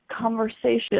conversation